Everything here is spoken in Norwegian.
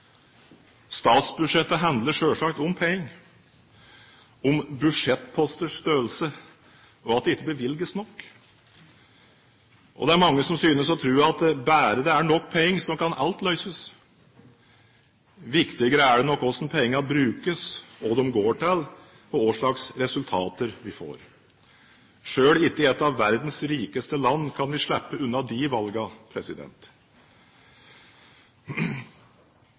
Statsbudsjettet handler selvsagt om penger, om budsjettposters størrelse, og at det ikke bevilges nok. Det er mange som synes å tro at bare det er nok penger, kan alt løses. Viktigere er det nok hvordan pengene brukes, hva de går til, og hva slags resultater vi får. Selv ikke i et av verdens rikeste land kan vi slippe unna de